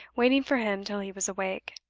waiting for him till he was awake.